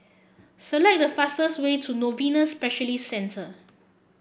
select the fastest way to Novena Specialist Centre